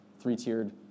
three-tiered